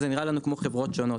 אז זה נראה לנו כמו חברות שונות.